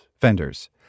fenders